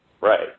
Right